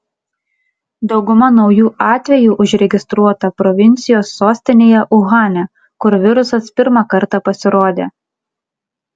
dauguma naujų atvejų užregistruota provincijos sostinėje uhane kur virusas pirmą kartą pasirodė